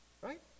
Right